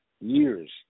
Years